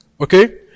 okay